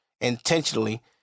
intentionally